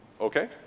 Okay